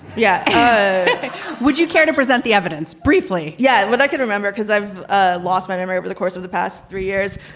yeah would you care to present the evidence? briefly yeah. what i can remember because i've ah lost my memory over the course of the past three years.